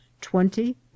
twenty